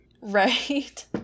Right